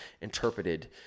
interpreted